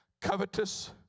Covetous